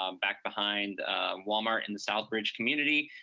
um back behind walmart in the southbridge community.